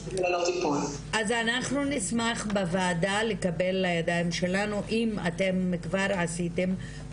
אז אנחנו נשמח בוועדה לקבל לידיים שלנו אם אתם כבר עשיתם,